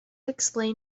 explain